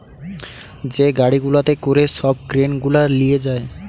যে গাড়ি গুলাতে করে সব গ্রেন গুলা লিয়ে যায়